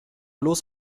los